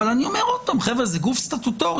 אבל אני אומר שוב שזה גוף סטטוטורי,